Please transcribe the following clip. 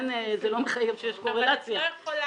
זה לא מחייב שיש קורלציה --- אבל את לא יכולה